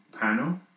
Panel